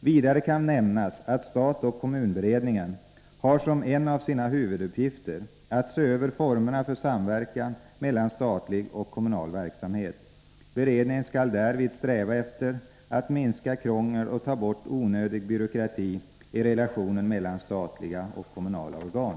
Vidare kan nämnas att stat-kommun-beredningen har som en av sina huvuduppgifter att se över formerna för samverkan mellan statlig och kommunal verksamhet. Beredningen skall därvid sträva efter att minska krångel och ta bort onödig byråkrati i relationen mellan statliga och kommunala organ.